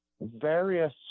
various